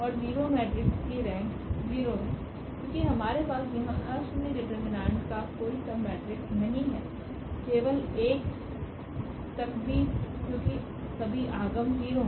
और 0 मेट्रिक्स की रेंक 0 है क्योंकि हमारे पास यहाँ अशून्य डिटरमिनेंट का कोई सबमेट्रिक्स नहीं है लेवल 1 तक भी क्योंकि सभी आगम 0 हैं